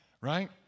right